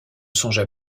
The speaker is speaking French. songea